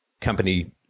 company